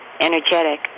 energetic